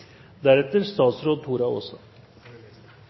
Statsråd Tora Aasland